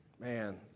man